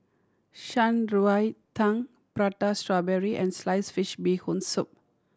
Shan Rui Tang Prata Strawberry and sliced fish Bee Hoon Soup